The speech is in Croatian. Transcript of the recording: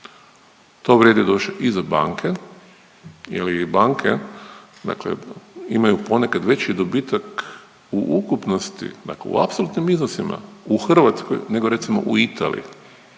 To vrijedi doduše i za banke jer i banke dakle imaju ponekad veći dobitak u ukupnosti, dakle u apsolutnim iznosima u Hrvatskoj nego recimo u Italiji.